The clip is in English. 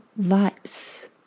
vibes